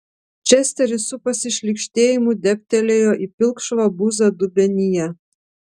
česteris su pasišlykštėjimu dėbtelėjo į pilkšvą buzą dubenyje